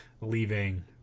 leaving